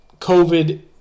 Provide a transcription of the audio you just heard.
COVID